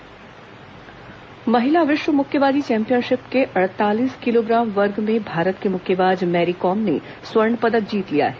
महिला विश्व मुक्केबाजी चैंपियनशिप महिला विश्व मुक्केबाजी चैंपियनशिप के अड़तालीस किलोग्राम वर्ग में भारत की मुक्केबाज मैरीकॉम ने स्वर्ण पदक जीत लिया है